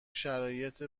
شرایط